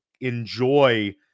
enjoy